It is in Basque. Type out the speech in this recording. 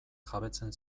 jabetzen